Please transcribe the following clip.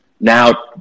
Now